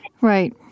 right